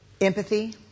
Empathy